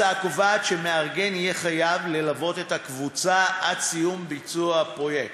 ההצעה קובעת שהמארגן יהיה חייב ללוות את הקבוצה עד סיום ביצוע הפרויקט,